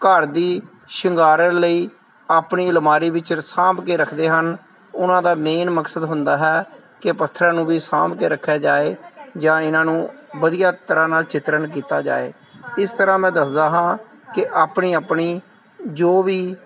ਘਰ ਦੀ ਸ਼ਿੰਗਾਰਨ ਲਈ ਆਪਣੀ ਅਲਮਾਰੀ ਵਿੱਚ ਸਾਂਭ ਕੇ ਰੱਖਦੇ ਹਨ ਉਹਨਾਂ ਦਾ ਮੇਨ ਮਕਸਦ ਹੁੰਦਾ ਹੈ ਕਿ ਪੱਥਰਾਂ ਨੂੰ ਵੀ ਸਾਂਭ ਕੇ ਰੱਖਿਆ ਜਾਏ ਜਾਂ ਇਹਨਾਂ ਨੂੰ ਵਧੀਆ ਤਰ੍ਹਾਂ ਨਾਲ ਚਿਤਰਨ ਕੀਤਾ ਜਾਏ ਇਸ ਤਰ੍ਹਾਂ ਮੈਂ ਦੱਸਦਾ ਹਾਂ ਕਿ ਆਪਣੀ ਆਪਣੀ ਜੋ ਵੀ